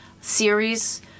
series